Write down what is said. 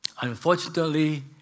Unfortunately